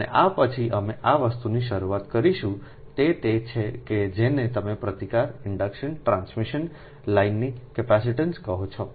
અને આ પછી અમે આ વસ્તુની શરૂઆત કરીશું તે તે છે કે જેને તમે પ્રતિકાર ઇન્ડડક્શન ટ્રાન્સમિશન લાઇનની કેપેસિટીન્સ કહો છો